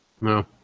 No